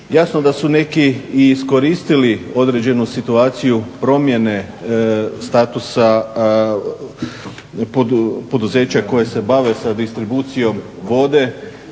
Jasno da su neki i iskoristili određenu situaciju promjene statusa poduzeća koja se bave sa distribucijom vode